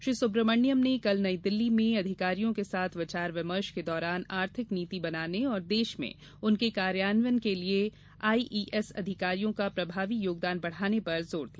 श्री सुब्रमण्यम ने कल नईदिल्ली में अधिकारियों के साथ विचार विमर्श के दौरान आर्थिक नीति बनाने और देश में उनके कार्यान्वयन के लिए आईईएस अधिकारियों का प्रभावी योगदान बढ़ाने पर जोर दिया